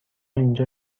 اینجا